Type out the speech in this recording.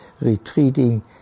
retreating